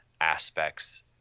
aspects